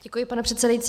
Děkuji, pane předsedající.